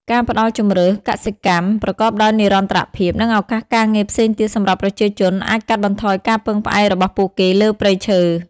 ការផ្តល់ជម្រើសកសិកម្មប្រកបដោយនិរន្តរភាព និងឱកាសការងារផ្សេងទៀតសម្រាប់ប្រជាជនអាចកាត់បន្ថយការពឹងផ្អែករបស់ពួកគេលើព្រៃឈើ។